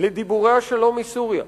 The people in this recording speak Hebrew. לדיבורי השלום מסוריה,